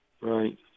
Right